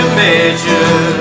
measure